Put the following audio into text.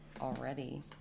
already